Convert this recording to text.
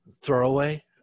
throwaway